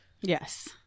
Yes